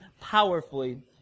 powerfully